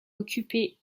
occuper